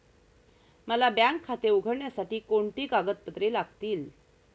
मला बँक खाते उघडण्यासाठी कोणती कागदपत्रे लागतील?